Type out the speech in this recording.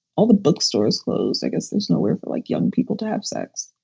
all the bookstores lose. i guess there's nowhere for like young people to have sex.